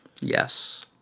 Yes